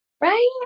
Right